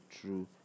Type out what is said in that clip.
true